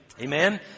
Amen